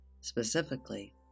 specifically